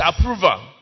approval